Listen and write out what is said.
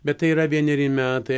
bet tai yra vieneri metai